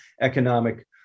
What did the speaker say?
economic